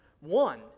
one